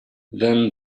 then